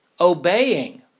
obeying